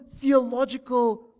theological